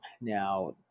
now